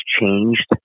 changed